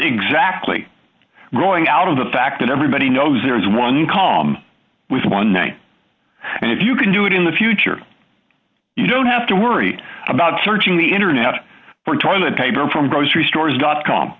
exactly growing out of the fact that everybody knows there is one com with one name and if you can do it in the future you don't have to worry about searching the internet for toilet paper from grocery stores dot com